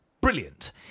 brilliant